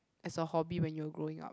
as a hobby when you were growing up